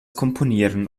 komponieren